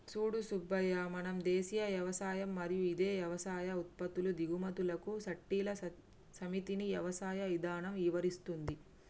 సూడు సూబ్బయ్య మన దేసీయ యవసాయం మరియు ఇదే యవసాయ ఉత్పత్తుల దిగుమతులకు సట్టిల సమితిని యవసాయ ఇధానం ఇవరిస్తుంది